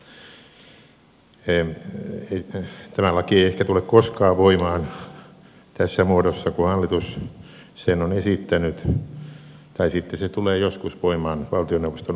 tämä laki ei ehkä tule koskaan voimaan tässä muodossa kuin hallitus sen on esittänyt tai sitten se tulee joskus voimaan valtioneuvoston asetuksella